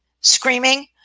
screaming